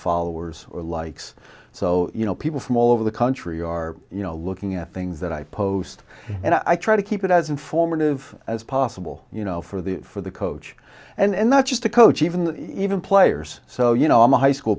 followers or likes so you know people from all over the country are you know looking at things that i post and i try to keep it as informative as possible you know for the for the coach and not just a coach even even players so you know i'm a high school